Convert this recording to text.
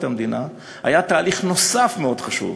המדינה היה תהליך נוסף מאוד חשוב: